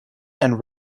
and